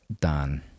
done